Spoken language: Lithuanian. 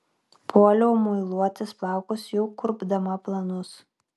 puoliau muiluotis plaukus jau kurpdama planus